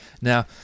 Now